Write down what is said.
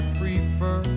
prefer